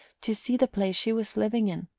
to see the place she was living in,